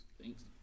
Thanks